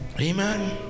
Amen